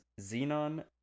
xenon